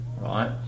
right